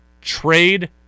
trade